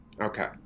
Okay